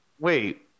Wait